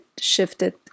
shifted